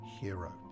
hero